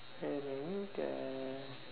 uh drink uh